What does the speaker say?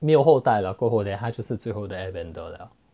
没有后代了过后 then 他就是最后的 airbender 了